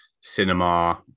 cinema